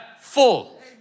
full